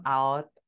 out